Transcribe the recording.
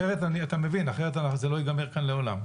אחרת, אתה מבין, זה לא ייגמר כאן לעולם.